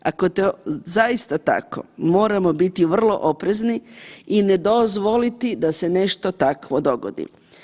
Ako je to zaista tako moramo biti vrlo oprezni i ne dozvoliti da se nešto takvo dogodi.